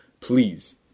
please